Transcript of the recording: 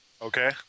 Okay